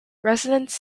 residents